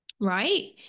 right